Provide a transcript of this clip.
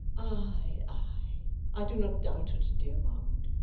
ay, ay, i do not doubt it, dear marwood.